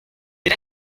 did